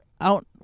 out